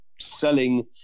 selling